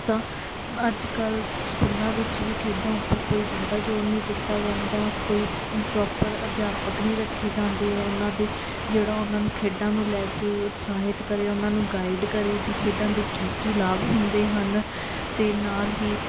ਤਾਂ ਅੱਜ ਕੱਲ੍ਹ ਸਕੂਲਾਂ ਵਿੱਚ ਵੀ ਖੇਡਾਂ ਉੱਪਰ ਕੋਈ ਜ਼ਿਆਦਾ ਜ਼ੋਰ ਨਹੀਂ ਦਿੱਤਾ ਜਾਂਦਾ ਕੋਈ ਪ੍ਰੋਪਰ ਅਧਿਆਪਕ ਨਹੀਂ ਰੱਖੇ ਜਾਂਦੇ ਉਹਨਾਂ ਦੇ ਜਿਹੜਾ ਉਹਨਾਂ ਨੂੰ ਖੇਡਾਂ ਨੂੰ ਲੈ ਕੇ ਉਤਸ਼ਾਹਿਤ ਕਰੇ ਉਹਨਾਂ ਨੂੰ ਗਾਈਡ ਕਰੇ ਵੀ ਖੇਡਾਂ ਦੇ ਕੀ ਕੀ ਲਾਭ ਹੁੰਦੇ ਹਨ ਅਤੇ ਨਾਲ ਹੀ